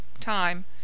TIME